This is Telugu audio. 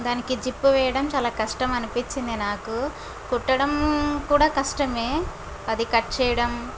దానికి జిప్ వెయ్యడం చాల కష్టం అనిపించింది నాకు కుట్టడం కూడా కష్టమే అది కట్ చెయ్యడం